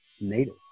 Native